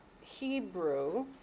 Hebrew